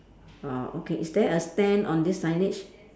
uh okay is there a stand on this signage